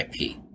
IP